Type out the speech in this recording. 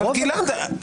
גלעד.